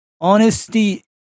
honesty